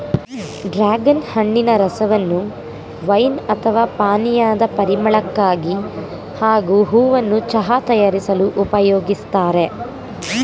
dragon ಹಣ್ಣಿನ ರಸವನ್ನು wine ಅಥವಾ ಪಾನೀಯದ ಪರಿಮಳಕ್ಕಾಗಿ ಹಾಗೂ ಹೂವನ್ನ ಚಹಾ ತಯಾರಿಸಲು ಉಪಯೋಗಿಸ್ತಾರೆ